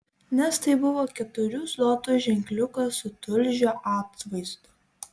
nes tai buvo keturių zlotų ženkliukas su tulžio atvaizdu